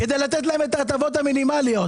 כדי לתת להם הטבות מינימליות.